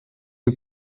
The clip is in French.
que